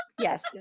yes